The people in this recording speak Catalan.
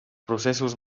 processos